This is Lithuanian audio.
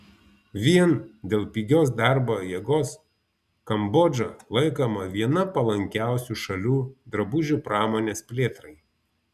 vien dėl pigios darbo jėgos kambodža laikoma viena palankiausių šalių drabužių pramonės plėtrai